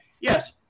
Yes